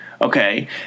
okay